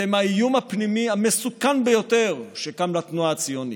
אתם האיום הפנימי המסוכן ביותר שקם לתנועה הציונית,